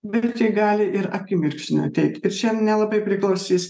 bet ji gali ir akimirksniu ateit ir čia nelabai priklausys